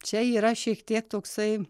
čia yra šiek tiek toksai